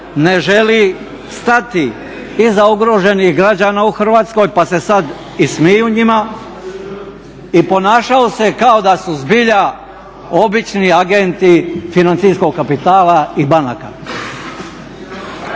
ne želi stati iza ugroženih građana u Hrvatskoj pa se sad i smiju njima i ponašaju se kao da su zbilja obični agenti financijskog kapitala i banaka?